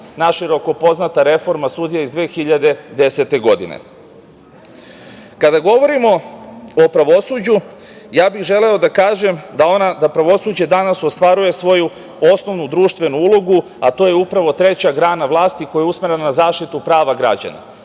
naširoko poznata reforma sudija iz 2010. godine. Kada govorimo o pravosuđu ja bih želeo da kažem da pravosuđe danas ostvaruje svoju osnovnu društvenu ulogu a to je upravo treća grana vlasti koja je usmerena na zaštitu prava građana,